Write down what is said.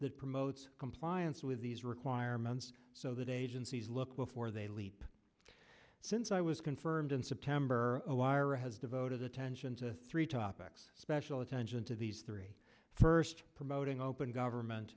that promotes compliance with these requirements so that agencies look before they leap since i was confirmed in september a wire has devoted attention to three topics special attention to these three first promoting open government